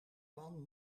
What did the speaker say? man